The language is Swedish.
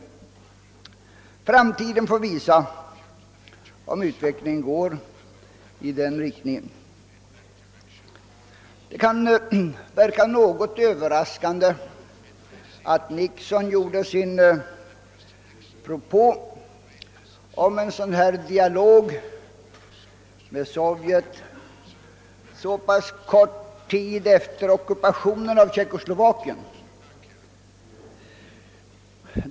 Framtiden får visa om utvecklingen går i den riktningen. Det kan verka något överraskande att Nixon gjorde sin propå om en sådan dialog med Sovjet så pass kort tid efter ockupationen av Tjeckoslovakien.